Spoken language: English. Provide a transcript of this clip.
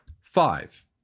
Five